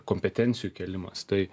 kompetencijų kėlimas tai